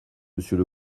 monsieur